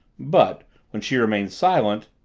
but when she remained silent,